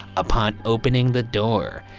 upon opening the door,